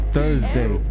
Thursday